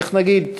איך נגיד?